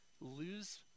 lose